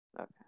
Okay